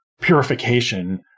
purification